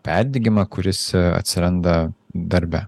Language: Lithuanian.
perdegimą kuris atsiranda darbe